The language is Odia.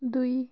ଦୁଇ